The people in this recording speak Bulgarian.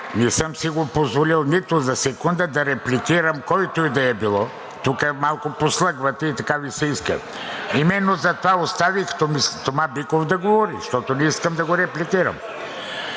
не съм си го позволил нито за секунда да репликирам който и да е било. Тук малко послъгвате и така Ви се иска. (Смях, шум и реплики.) Именно затова оставих Тома Биков да говори, защото не искам да го репликирам.